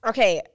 Okay